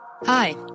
hi